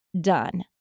done